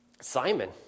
Simon